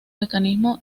mecanismo